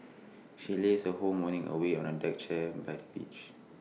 she lazed her whole morning away on A deck chair by the beach